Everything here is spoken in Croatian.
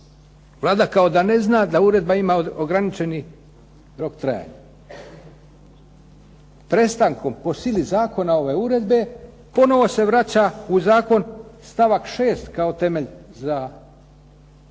Vlada kao da ne zna da uredba ima ograničeni rok trajanja. Prestankom po sili zakona ove uredbe ponovo se vraća u zakon stavak 6. kao temelj za